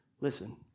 Listen